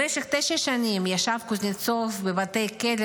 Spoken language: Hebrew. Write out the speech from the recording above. במשך תשע שנים ישב קוזנצוב בבתי כלא